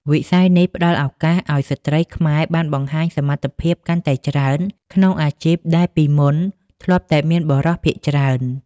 វិស័យនេះផ្ដល់ឱកាសឱ្យស្ត្រីខ្មែរបានបង្ហាញសមត្ថភាពកាន់តែច្រើន ក្នុងអាជីពដែលពីមុនធ្លាប់តែមានបុរសភាគច្រើន។